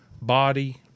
body